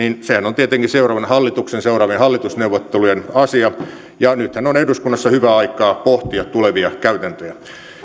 sehän on tietenkin seuraavan hallituksen ja seuraavien hallitusneuvottelujen asia ja nythän on eduskunnassa hyvää aikaa pohtia tulevia käytäntöjä